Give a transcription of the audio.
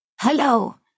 hello